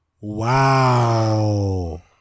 Wow